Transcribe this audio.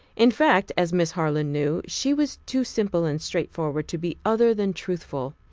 in fact, as miss harland knew, she was too simple and straightforward to be other than truthful.